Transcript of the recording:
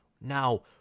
Now